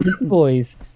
boys